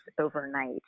overnight